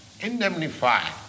indemnify